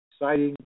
exciting